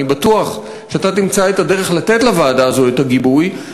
אני בטוח שתמצא את הדרך לתת לוועדה הזאת את הגיבוי,